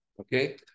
Okay